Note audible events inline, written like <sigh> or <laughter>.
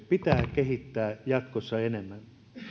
<unintelligible> pitää kehittää jatkossa enemmän jo